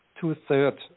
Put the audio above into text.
two-thirds